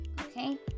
Okay